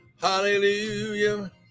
hallelujah